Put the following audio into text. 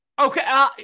Okay